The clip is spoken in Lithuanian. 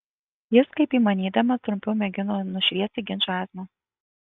jis kaip įmanydamas trumpiau mėgino nušviesti ginčo esmę